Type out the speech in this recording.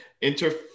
Inter